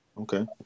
Okay